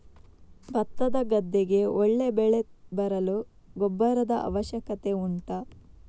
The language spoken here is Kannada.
ಭತ್ತದ ಗದ್ದೆಗೆ ಒಳ್ಳೆ ಬೆಳೆ ಬರಲು ಗೊಬ್ಬರದ ಅವಶ್ಯಕತೆ ಉಂಟಾ